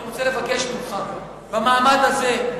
אני רוצה לבקש ממך במעמד הזה,